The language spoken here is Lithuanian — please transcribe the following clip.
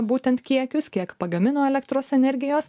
būtent kiekius kiek pagamino elektros energijos